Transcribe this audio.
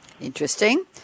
Interesting